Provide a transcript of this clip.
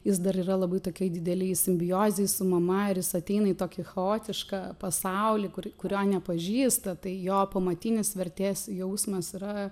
jis dar yra labai tokioj didelėj simbiozėj su mama ir jis ateina į tokį chaotišką pasaulį kur kurio nepažįsta tai jo pamatinis vertės jausmas yra